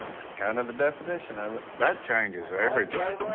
kind of the definition of it. that changes everything.